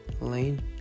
lane